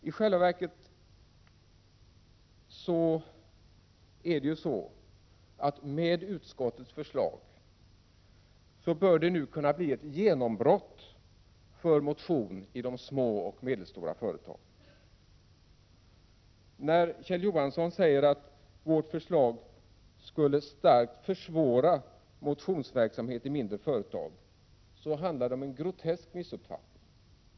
I själva verket bör det med utskottets förslag nu kunna bli ett genombrott för motion i de små och medelstora företagen. När Kjell Johansson sade att vårt förslag starkt skulle försvåra motionsverksamhet i mindre företag handlar det om en grotesk missuppfattning.